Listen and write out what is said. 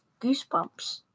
Goosebumps